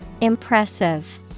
Impressive